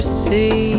see